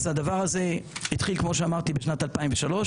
התחיל בשנת 2003,